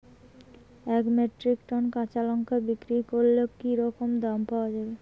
এক metric ton কাঁচা লঙ্কা বিক্রি করলে কি রকম দাম পাওয়া যাবে?